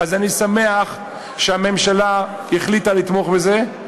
אני שמח שהממשלה החליטה לתמוך בזה.